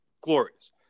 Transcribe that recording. glorious